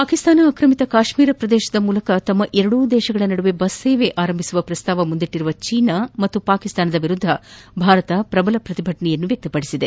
ಪಾಕಿಸ್ತಾನ ಆಕ್ರಮಿತ ಕಾಶ್ಮೀರ ಪ್ರದೇಶದ ಮೂಲಕ ತಮ್ಮ ಎರಡೂ ದೇಶಗಳ ನಡುವೆ ಬಸ್ ಸೇವೆ ಪ್ರಾರಂಭಿಸುವ ಪ್ರಸ್ತಾವ ಮುಂದಿಟ್ಟರುವ ಚೀನಾ ಮತ್ತು ಪಾಕಿಸ್ತಾನ ವಿರುದ್ದ ಭಾರತ ಪ್ರಬಲ ಪ್ರತಿಭಟನೆ ವ್ಯಕ್ತಪಡಿಸಿದೆ